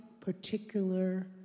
particular